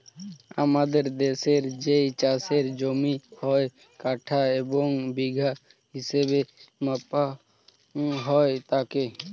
আমাদের দেশের যেই চাষের জমি হয়, কাঠা এবং বিঘা হিসেবে মাপা হয় তাকে